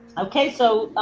ok so